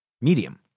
medium